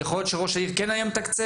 יכול להיות שראש העיר כן היה מתקצב.